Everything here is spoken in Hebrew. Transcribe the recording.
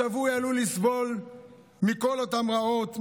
השבוי עלול לסבול מכל אותן רעות,